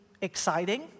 exciting